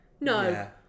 No